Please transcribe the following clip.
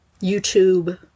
YouTube